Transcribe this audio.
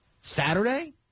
Saturday